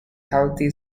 healthy